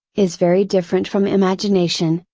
is very different from imagination,